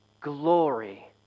glory